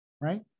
right